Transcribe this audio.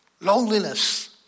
Loneliness